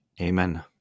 Amen